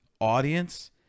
audience